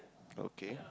okay